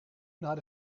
naar